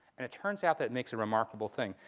and it turns out that it makes a remarkable thing.